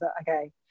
Okay